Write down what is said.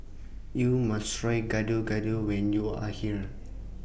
YOU must Try Gado Gado when YOU Are here